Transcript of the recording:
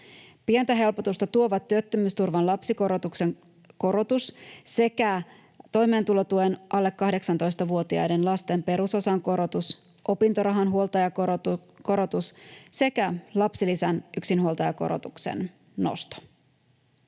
Pientä helpotusta tuovat työttömyysturvan lapsikorotuksen korotus sekä toimeentulotuen alle 18-vuotiaiden lasten perusosan korotus, opintorahan huoltajakorotus sekä lapsilisän yksinhuoltajakorotuksen nosto.